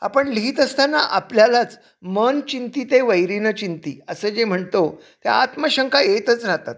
आपण लिहित असताना आपल्यालाच मन चिंती ते वैरी न चिंती असं जे म्हणतो ते आत्मशंका येतच राहतात